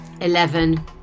eleven